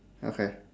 okay